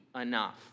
enough